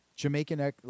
Jamaican